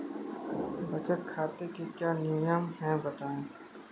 बचत खाते के क्या नियम हैं बताएँ?